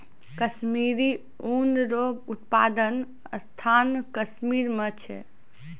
कश्मीरी ऊन रो उप्तादन स्थान कश्मीर मे छै